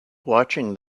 watching